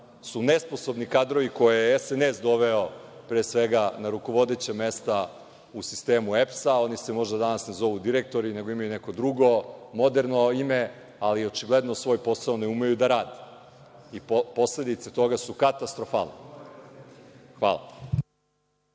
su nesposobni kadrovi koje je SNS doveo pre svega na rukovodeća mesta u sistemu EPS-a, oni se možda danas ne zovu direktori, nego imaju neko drugo moderno ime, ali očigledno svoj posao ne umeju da rade. Posledice toga su katastrofalne. Hvala.